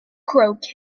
croquettes